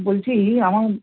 বলছি আমার